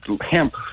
hemp